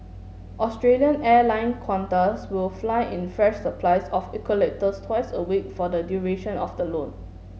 Australian airline Qantas will fly in fresh supplies of eucalyptus twice a week for the duration of the loan